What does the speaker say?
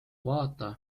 vaata